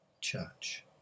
church